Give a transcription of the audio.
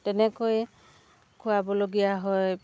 তেনেকৈয়ে খোৱাবলগীয়া হয়